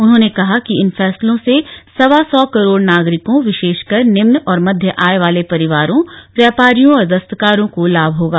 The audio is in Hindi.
उन्होंने कहा कि इन फैसलों से सवा सौ करोड़ नागरिकों विशेषकर निम्न और मध्य आय वर्ग वाले परिवारों व्यापारियों और दस्तकारों को लाभ होगा